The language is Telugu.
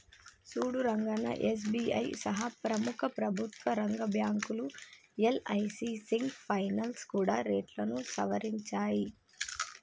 సూడు రంగన్నా ఎస్.బి.ఐ సహా ప్రముఖ ప్రభుత్వ రంగ బ్యాంకులు యల్.ఐ.సి సింగ్ ఫైనాల్స్ కూడా రేట్లను సవరించాయి